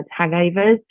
hangovers